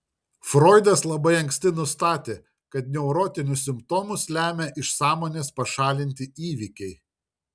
froidas labai anksti nustatė kad neurotinius simptomus lemia iš sąmonės pašalinti įvykiai